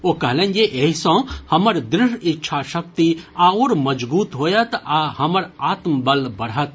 ओ कहलनि जे एहि सँ हमर दृढ़ इच्छाशक्ति आओर मजगूत होयत आ हमर आत्मबल बढ़त